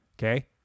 Okay